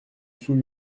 sous